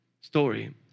story